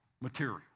material